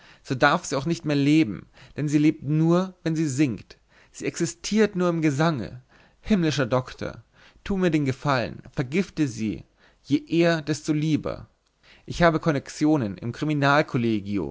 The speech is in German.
so darf sie auch nicht mehr leben denn sie lebt nur wenn sie singt sie existiert nur im gesange himmlischer doktor tu mir den gefallen vergifte sie je eher desto lieber ich habe konnexionen im